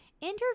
interview